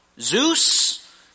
Zeus